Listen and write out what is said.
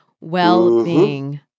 well-being